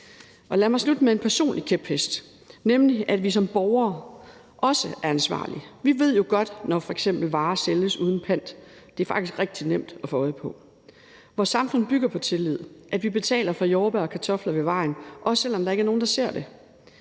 Lad mig slutte med en personlig kæphest, nemlig at vi som borgere også er ansvarlige. Vi ved det jo godt, når eksempelvis varer sælges uden pant. Det er faktisk rigtig nemt at få øje på. Vores samfund bygger på tillid; at vi betaler for jordbær og kartofler ved vejen, også selv om der ikke er nogen, der ser det;